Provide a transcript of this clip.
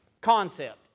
concept